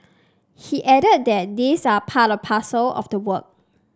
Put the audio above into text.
he added that these are part and parcel of the job